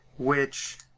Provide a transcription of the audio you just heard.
which